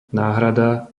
náhrada